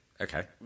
Okay